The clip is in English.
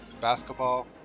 basketball